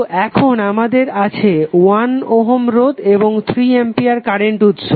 তো এখন আমাদের আছে 1 ওহম রোধ এবং 3 অ্যাম্পিয়ার কারেন্ট উৎস